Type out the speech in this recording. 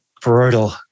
Brutal